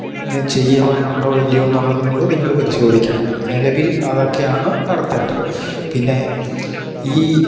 ഇത് ചെയ്യുവാനുണ്ടോ ഇല്ലെയോ എന്നുള്ളതുംകൂടി നിങ്ങൾ പരിശോധിക്കണം നിലവിൽ അതൊക്കെയാണ് നടത്തേണ്ടത് പിന്നെ ഈ